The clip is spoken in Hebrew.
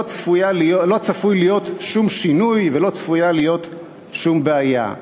לא צפוי להיות שום שינוי ולא צפויה להיות שום בעיה.